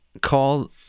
Call